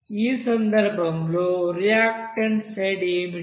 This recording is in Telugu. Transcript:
ఈ సందర్భంలో రియాక్టన్ట్ సైడ్ ఏమిటి